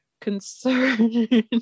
concerned